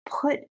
put